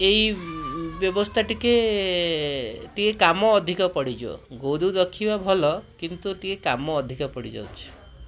ଏଇ ବ୍ୟବସ୍ଥା ଟିକେ ଟିକେ କାମ ଅଧିକ ପଡ଼ିଯିବ ଗୋରୁ ରଖିବା ଭଲ କିନ୍ତୁ ଟିକେ କାମ ଅଧିକ ପଡ଼ିଯାଉଛି